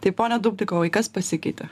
tai pone dubnikovai kas pasikeitė